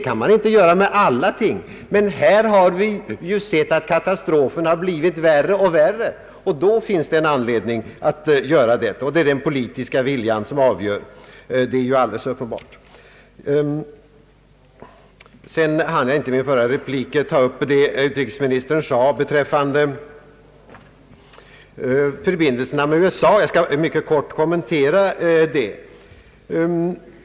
Man kan inte ta upp alla ting, men här har vi ju sett en katastrof som har blivit värre och värre. Då finns det en anledning att ta upp problemet. Det är den politiska viljan som är avgörande; det är alldeles uppenbart. I min förra replik hann jag inte ta upp vad utrikesministern sagt beträffande förbindelserna med USA, och jag vill därför nu mycket kortfattat kommentera det.